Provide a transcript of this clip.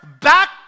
back